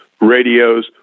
radios